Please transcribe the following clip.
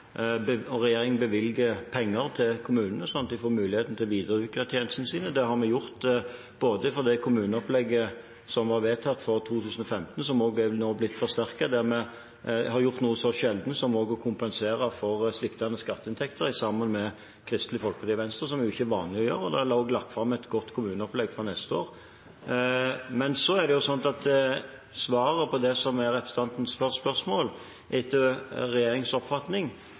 de får mulighet til å videreutvikle tjenestene sine. Det har vi gjort for det kommuneopplegget som var vedtatt for 2015, som også nå er blitt forsterket, der vi, sammen med Kristelig Folkeparti og Venstre, har gjort noe så sjelden som å kompensere for sviktende skatteinntekter, som det ikke er vanlig å gjøre. Vi har også lagt fram et godt kommuneopplegg for neste år. Så er svaret på representantens spørsmål, etter regjeringens oppfatning, at det vi i større grad har behov for i kommunene, er å satse på kompetanse. På samme måte som